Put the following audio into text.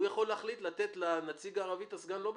הוא יכול להחליט לתת לנציג הערבי את הסגן לא בשכר.